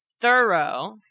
Thorough